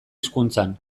hizkuntzan